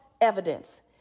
evidence